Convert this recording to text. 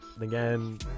again